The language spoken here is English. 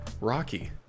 rocky